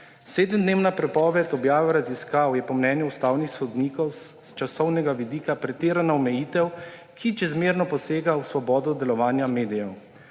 Sedemdnevna prepoved objave raziskav je po mnenju ustavnih sodnikov s časovnega vidika pretirana omejitev, ki čezmerno posega v svobodo delovanja medijev.